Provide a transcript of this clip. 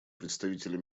представителя